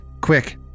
Quick